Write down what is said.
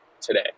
today